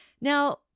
Now